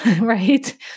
right